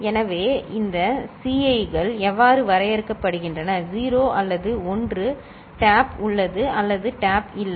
எனவே இந்த Ci கள் எவ்வாறு வரையறுக்கப்படுகின்றன 0 அல்லது 1 டேப் உள்ளது அல்லது டேப் இல்லை